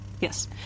Yes